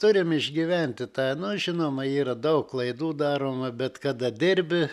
turim išgyventi tą nu žinoma yra daug klaidų daroma bet kada dirbi